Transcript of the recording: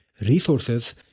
resources